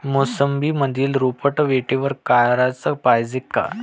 मोसंबीमंदी रोटावेटर कराच पायजे का?